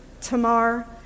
Tamar